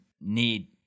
need